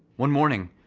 one morning,